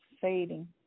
fading